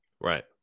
Right